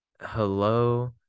hello